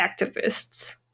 activists